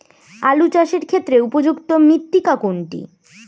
আলু চাষের ক্ষেত্রে উপযুক্ত মৃত্তিকা কোনটি?